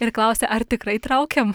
ir klausia ar tikrai traukiam